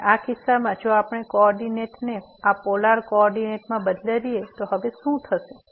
અને આ કિસ્સામાં જો આપણે કોઓર્ડીનેટને આ પોલાર કોઓર્ડિનેટમાં બદલીએ તો હવે શું થશે